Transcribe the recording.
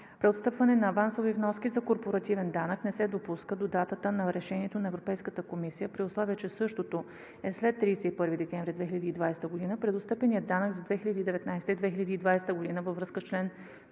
Преотстъпване на авансови вноски за корпоративен данък не се допуска до датата на решението на Европейската комисия, при условие че същото е след 31 декември 2020 г. Преотстъпеният данък за 2019 и 2020 г. във връзка с чл.